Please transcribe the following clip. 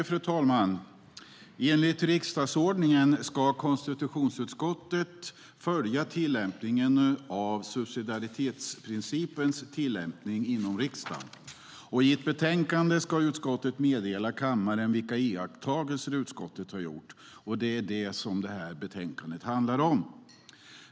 Fru talman! Enligt riksdagsordningen ska konstitutionsutskottet inom riksdagen följa tillämpningen av subsidiaritetsprincipens tillämpning, och i ett betänkande ska utskottet meddela kammaren vilka iakttagelser som utskottet har gjort. Det är vad detta betänkande handlar om.